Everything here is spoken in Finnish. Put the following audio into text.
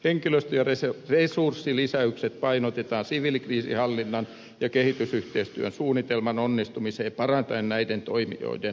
henkilöstö ja resurssilisäykset painotetaan siviilikriisinhallinnan ja kehitysyhteistyön suunnitelman onnistumiseen parantaen näiden toimijoiden toimintamahdollisuuksia